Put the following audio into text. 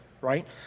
right